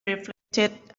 reflected